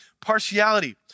partiality